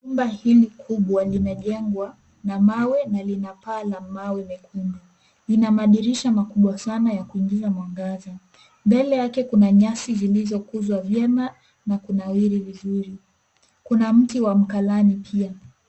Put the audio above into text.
Nyumba hili kubwa limejengwa na mawe, na lina paa la mawe mekundu. Lina madirisha makubwa sana ya kuingiza mwangaza. Mbele yake kuna nyasi zilizokuzwa vyema, na kunawiri vizuri. Kuna mti wa mkalani pia.